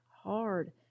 hard